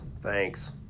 thanks